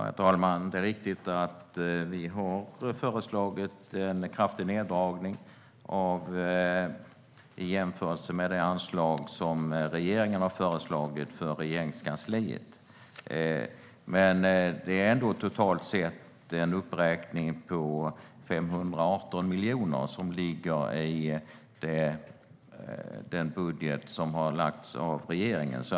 Herr talman! Det är riktigt att vi har föreslagit en kraftig neddragning jämfört med det anslag som regeringen har föreslagit för Regeringskansliet. Men totalt sett är det en uppräkning med 518 miljoner i den budget som lagts av regeringen.